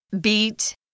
beat